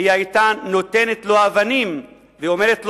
היא היתה נותנת לו אבנים, ואומרת לו: